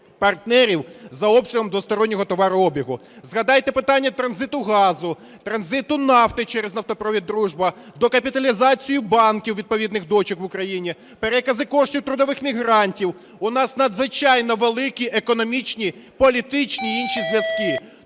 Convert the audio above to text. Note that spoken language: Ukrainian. партнерів за обсягом двостороннього товарообігу. Згадайте питання транзиту газу, транзиту нафти через нафтопровід "Дружба", докапіталізацію банків, відповідних дочок в Україні, перекази коштів трудових мігрантів. У нас надзвичайно великі економічні, політичні і інші зв'язки.